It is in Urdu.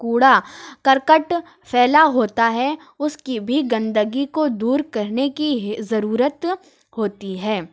کوڑا کرکٹ پھیلا ہوتا ہے اس کی بھی گندگی کو دور کرنے کی ضرورت ہوتی ہے